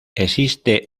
existe